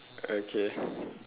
okay